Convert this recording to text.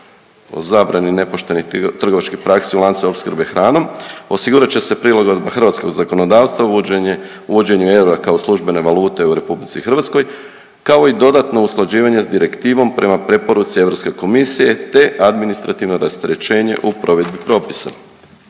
o zabrani nepoštenih trgovačkih praksi u lancu opskrbe hranom osigurat će se prilagodba hrvatskog zakonodavstva uvođenje, uvođenjem eura kao službene valute u RH, kao i dodatno usklađivanje s direktivom prema preporuci Europske komisije, te administrativno rasterećenje u provedbi propisa.